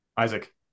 Isaac